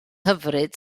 hyfryd